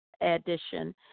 addition